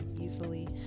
easily